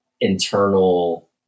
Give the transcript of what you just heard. internal